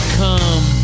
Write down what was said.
come